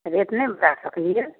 rate नहि बता सकलियै